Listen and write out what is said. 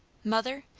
mother?